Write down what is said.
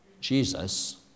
Jesus